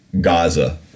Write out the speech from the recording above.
Gaza